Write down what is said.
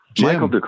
Michael